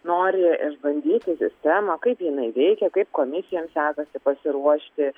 nori išbandyti sistemą kaip jinai veikia kaip komisijom sekasi pasiruošti